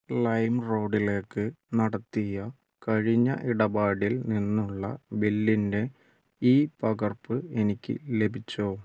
lime റോഡിലേക്ക് നടത്തിയ കഴിഞ്ഞ ഇടപാടിൽ നിന്നുള്ള ബില്ലിൻ്റെ ഇ പകർപ്പ് എനിക്ക് ലഭിച്ചോ